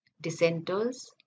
dissenters